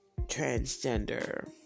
transgender